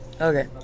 Okay